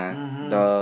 mmhmm